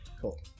Cool